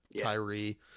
Kyrie